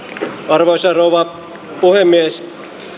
arvoisa rouva puhemies